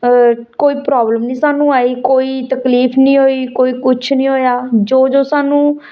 अ कोई प्रॉब्लम निं सानूं आई कोई तकलीफ निं होई कोई कुछ निं होया जो जो सानूं